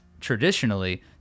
traditionally